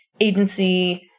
agency